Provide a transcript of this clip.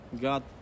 God